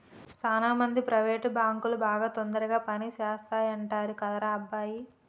సాన మంది ప్రైవేట్ బాంకులు బాగా తొందరగా పని చేస్తాయంటరు కదరా అబ్బాయి